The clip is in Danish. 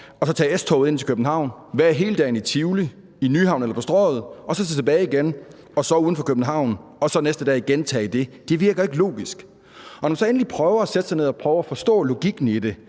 og så tage S-toget ind til København, være hele dagen i Tivoli, i Nyhavn eller på Strøget og så tage tilbage igen og sove uden for København og så næste dag gentage det, virker ikke logisk. Når man så endelig prøver at sætte sig ned og forstå logikken i det,